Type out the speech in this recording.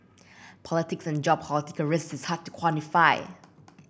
politics and geopolitical risk is hard to quantify